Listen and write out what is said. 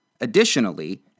Additionally